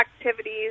activities